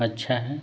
अच्छा है